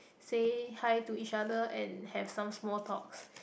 say hi to each other and have some small talks